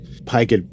Pike